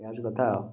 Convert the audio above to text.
ଏହା ହେଉଛି କଥା ଆଉ